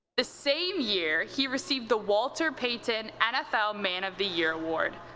the same year, he received the walter payton nfl man of the year award.